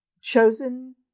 chosen